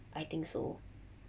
I think so